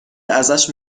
ازش